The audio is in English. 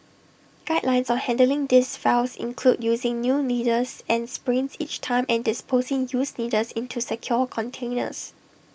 guidelines on handling these vials include using new needles and syringes each time and disposing used needles into secure containers